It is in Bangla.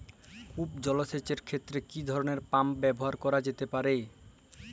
কূপ জলসেচ এর ক্ষেত্রে কি ধরনের পাম্প ব্যবহার করা যেতে পারে?